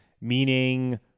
meaning